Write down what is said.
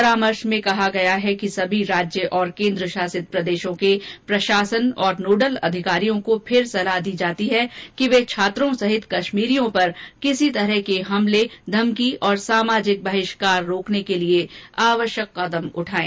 परामर्श में कहा गया है कि सभी राज्य और केंद्रशासित प्रदेशों के प्रशासन और नोडल अधिकारियों को फिर सलाह दी जाती है कि वे छात्रों सहित कश्मीरियों पर किसी तरह के हमले धमकी और सामाजिक बहिष्कार रोकने के लिए आवश्यक कदम उठाएं